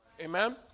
Amen